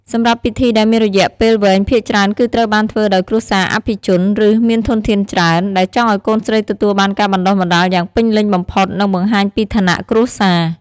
សម្រាប់ពិធីដែលមានរយៈពេលវែងភាគច្រើនគឺត្រូវបានធ្វើដោយគ្រួសារអភិជន ឬ មានធនធានច្រើន ដែលចង់ឱ្យកូនស្រីទទួលបានការបណ្តុះបណ្តាលយ៉ាងពេញលេញបំផុត និងបង្ហាញពីឋានៈគ្រួសារ។